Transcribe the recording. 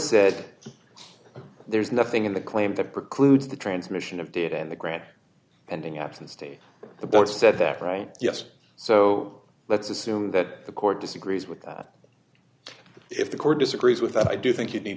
said there's nothing in the claim that precludes the transmission of data in the grant and in the absence stage the boat said that right yes so let's assume that the court disagrees with that if the court disagrees with that i do think you need